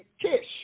Kish